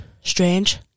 strange